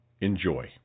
Enjoy